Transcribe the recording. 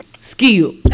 skill